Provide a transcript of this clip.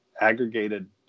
aggregated